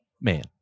man